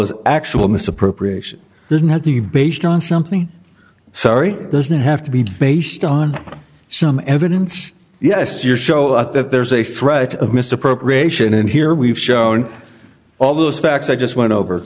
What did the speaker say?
as actual misappropriation doesn't have to be based on something sorry doesn't have to be based on some evidence yes you're show us that there's a threat of misappropriation and here we've shown all those facts i just went over